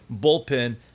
bullpen